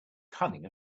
cunning